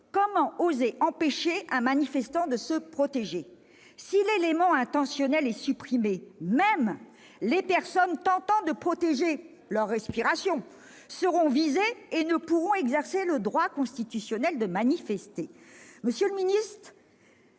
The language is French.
Comment oser empêcher un manifestant de se protéger ? Si l'élément intentionnel est supprimé, même les personnes tentant de protéger leur respiration seront visées et ne pourront exercer le droit constitutionnel de manifester ! Pour vous dire